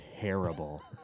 terrible